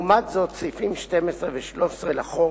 לעומת זאת, סעיפים 12 ו-13 לחוק,